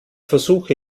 versuche